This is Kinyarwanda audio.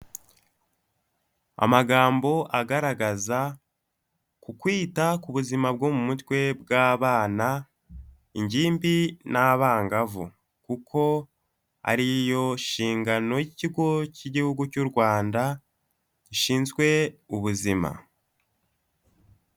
Amagambo agaragaza ku kwita ku buzima bwo mu mutwe bw'abana, ingimbi n'abangavu, kuko ari yo nshingano y'ikigo cy'igihugu cy'u Rwanda gishinzwe ubuzima.